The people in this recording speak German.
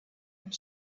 und